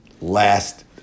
Last